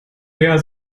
mehr